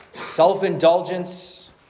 self-indulgence